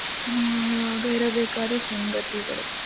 ಆಗ ಇರಬೇಕಾದ ಸಂಗತಿಗಳು